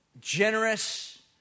generous